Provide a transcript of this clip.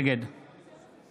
נגד